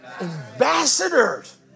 Ambassadors